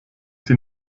sie